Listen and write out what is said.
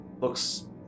looks